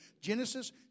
Genesis